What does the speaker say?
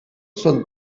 són